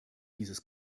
dieses